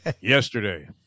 Yesterday